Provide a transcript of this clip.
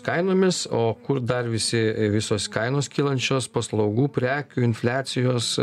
kainomis o kur dar visi visos kainos kylančios paslaugų prekių infliacijos